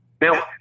Now